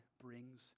brings